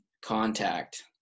contact